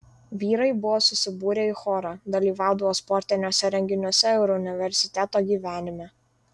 vyrai buvo susibūrę į chorą dalyvaudavo sportiniuose renginiuose ir universiteto gyvenime